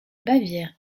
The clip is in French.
bavière